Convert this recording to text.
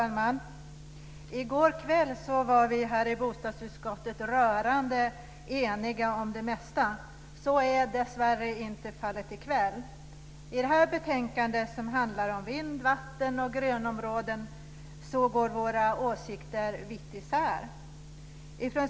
Fru talman! I går kväll var vi i bostadsutskottet rörande eniga om det mesta. Så är dessvärre inte fallet i kväll. I det här betänkandet som handlar om vind, vatten och grönområden går våra åsikter vitt isär.